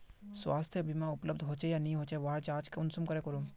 स्वास्थ्य बीमा उपलब्ध होचे या नी होचे वहार जाँच कुंसम करे करूम?